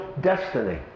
destiny